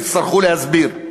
יצטרכו להסביר.